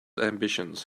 ambitions